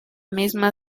misma